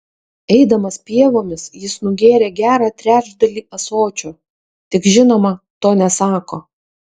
eidamas pievomis jis nugėrė gerą trečdalį ąsočio tik žinoma to nesako